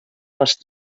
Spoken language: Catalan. les